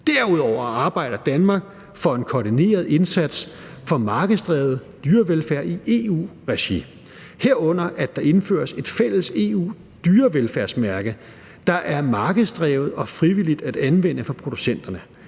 Derudover arbejder Danmark for en koordineret indsats for markedsdrevet dyrevelfærd i EU-regi, herunder at der indføres et fælles EU-dyrevelfærdsmærke, der er markedsdrevet og frivilligt at anvende for producenterne.